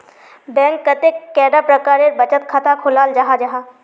Bank कतेक कैडा प्रकारेर बचत खाता खोलाल जाहा जाहा?